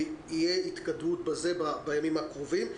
ותהיה התקדמות בזה בימים הקרובים.